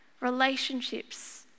relationships